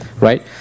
right